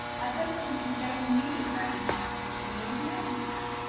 i don't think you gave me a very nice good-morning, anyhow,